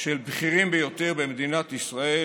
של בכירים ביותר במדינת ישראל,